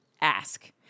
ASK